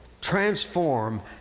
transform